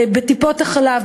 בטיפות-החלב,